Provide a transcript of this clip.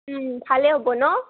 ভালে হ'ব ন